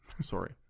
Sorry